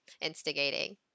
instigating